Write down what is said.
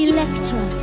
Electra